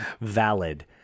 Valid